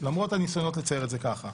למרות הניסיונות לצייר את זה ככה.